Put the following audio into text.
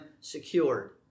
secured